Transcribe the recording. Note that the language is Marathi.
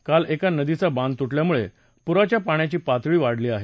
काल एका नदीचा बांध तुटल्यामुळे पुराच्या पाण्याची पातळी वाढली आहे